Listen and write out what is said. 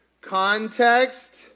Context